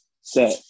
set